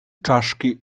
czaszki